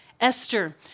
Esther